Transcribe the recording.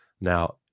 Now